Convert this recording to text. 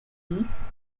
east